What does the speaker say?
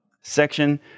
section